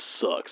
sucks